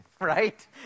right